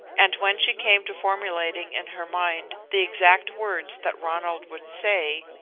and when she came to formulating in her mind the exact words that ronald would say,